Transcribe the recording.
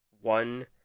one